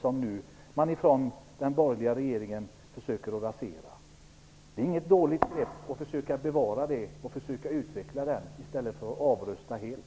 Den försöker nu den borgerliga regeringen att rasera. Det är inget dåligt grepp att försöka bevara och utveckla den i stället för att avrusta helt.